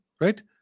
Right